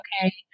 okay